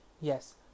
yes